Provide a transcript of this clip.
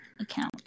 account